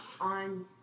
on